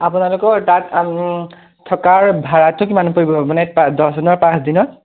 আপোনালোকৰ তাত থকাৰ ভাড়াটো কিমান পৰিব মানে দহজনৰ পাঁচ দিনত